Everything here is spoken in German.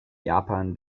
japan